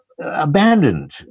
abandoned